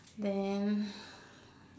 then